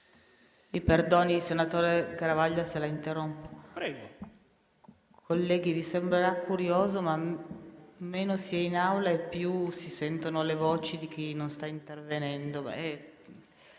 Mi perdoni, senatore Garavaglia, se la interrompo. Colleghi, vi sembrerà curioso, ma meno si è in Aula e più si sentono le voci di chi non sta intervenendo.